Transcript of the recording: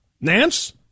Nance